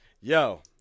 Yo